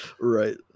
Right